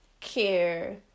care